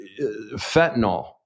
Fentanyl